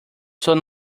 son